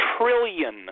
trillion